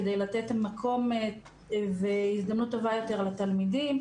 כדי לתת מקום והזדמנות טובה יותר לתלמידים.